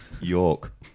York